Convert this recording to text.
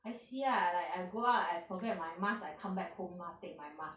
I see lah like I go out I forget my mask I come back home mah take my mask